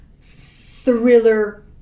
thriller